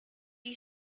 you